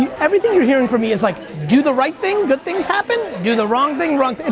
everything you're hearin' from me is like, do the right thing, good things happen, do the wrong thing, wrong things